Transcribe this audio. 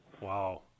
Wow